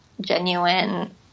genuine